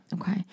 Okay